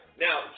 Now